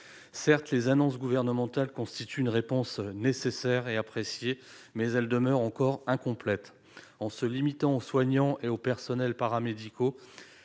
Certes, les annonces gouvernementales constituent une réponse nécessaire et appréciée, mais elles demeurent insuffisantes. En se limitant aux soignants et aux personnels paramédicaux,